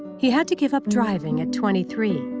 he had to give up driving at twenty three.